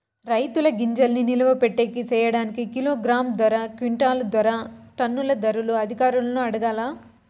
రైతుల గింజల్ని నిలువ పెట్టేకి సేయడానికి కిలోగ్రామ్ ధర, క్వింటాలు ధర, టన్నుల ధరలు అధికారులను అడగాలా?